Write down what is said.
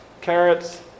carrots